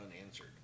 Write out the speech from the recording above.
unanswered